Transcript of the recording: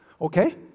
Okay